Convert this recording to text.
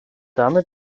damit